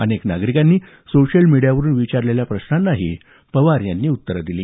अनेक नागरिकांनी सोशल मीडियावरून विचारलेल्या प्रश्नांनाही पवार यांनी उत्तरं दिली